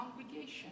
congregation